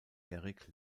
erik